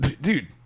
dude